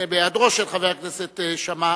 בהיעדרו של חבר הכנסת שאמה,